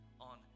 on